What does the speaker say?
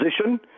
position